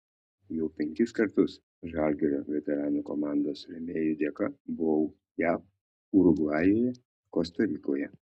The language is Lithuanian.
jau penkis kartus žalgirio veteranų komandos rėmėjų dėka buvau jav urugvajuje kosta rikoje